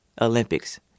Olympics